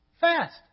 fast